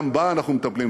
גם בה אנחנו מטפלים,